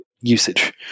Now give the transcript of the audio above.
usage